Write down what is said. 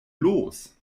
los